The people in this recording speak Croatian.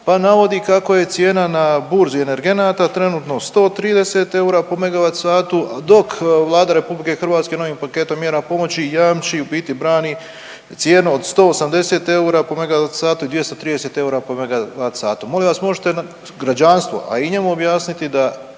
pa navodi kako je cijena na burzi energenata trenutno 130 eura po MWh, dok Vlada RH novim paketom mjera pomoći jamči, u biti brani cijenu od 180 eura po MWh i 230 eura po MWh. Molim vas možete li građanstvu, a i njemu objasniti da